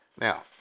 Now